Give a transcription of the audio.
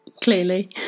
clearly